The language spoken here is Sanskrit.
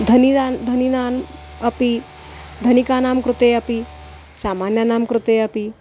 धनिदान् धनिनान् अपि धनिकानां कृते अपि सामान्यानां कृते अपि